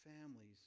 families